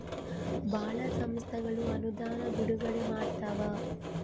ಭಾಳ ಸಂಸ್ಥೆಗಳು ಅನುದಾನ ಬಿಡುಗಡೆ ಮಾಡ್ತವ